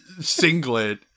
singlet